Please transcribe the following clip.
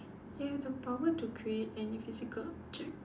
you have the power to create any physical object